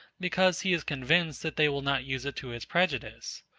because he is convinced that they will not use it to his prejudice.